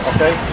Okay